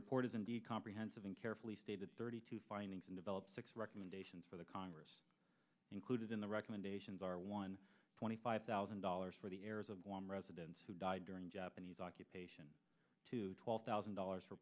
report is indeed comprehensive and carefully stated thirty two findings and develop six recommendations for the congress included in the recommendations are one twenty five thousand dollars for the errors of one residents who died during japanese occupation to twelve thousand dollars for